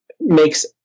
makes